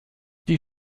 die